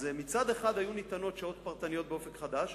אז מצד אחד היו ניתנות שעות פרטניות ב"אופק חדש",